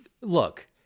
Look